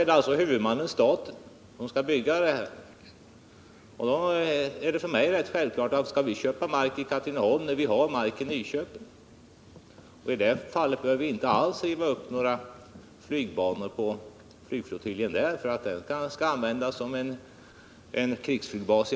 Det är huvudmannen staten som skall bygga den. Skall vi köpa mark i Katrineholm när vi har mark i Nyköping? Och det är ingalunda tal om att vi skulle behöva riva upp några flygbanor på flygflottiljen i Nyköping, för den skall ändå användas som krigsflygbas.